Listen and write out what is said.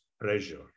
pressure